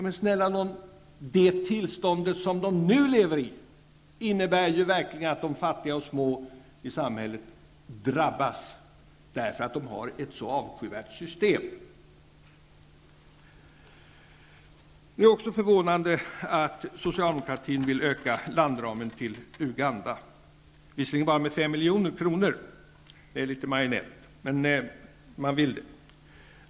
Men snälla nån -- det tillstånd som de nu lever i innebär ju verkligen att de fattiga och små i samhället drabbas därför att de har ett så avskyvärt system. Det är också förvånande att socialdemokratin vill öka landramen till Uganda, visserligen bara med 5 milj.kr. -- litet marginellt.